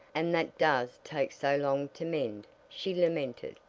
and that does take so long to mend, she lamented.